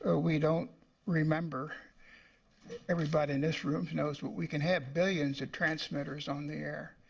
ah we don't remember everybody in this room knows but we can have billions of transmitters on the air.